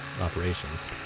operations